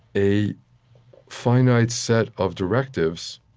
a finite set of directives,